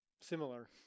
similar